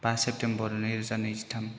बा सेप्तेम्बर नैरोजा नैजिथाम